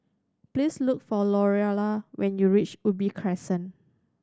please look for Louella when you reach Ubi Crescent